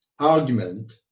argument